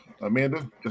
Amanda